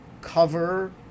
cover